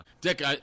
Dick